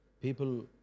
People